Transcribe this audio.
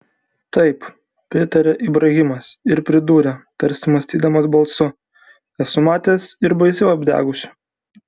taip pritarė ibrahimas ir pridūrė tarsi mąstydamas balsu esu matęs ir baisiau apdegusių